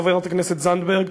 חברת הכנסת זנדברג,